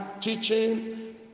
teaching